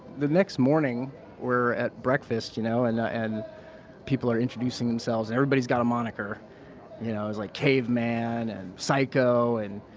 the next morning we're at breakfast, you know, and, and people are introducing themselves and everybody's got a moniker, you know. it was like caveman and psycho and,